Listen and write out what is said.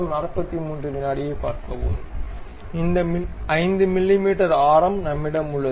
அந்த 5 மிமீ ஆரம் நம்மிடம் உள்ளது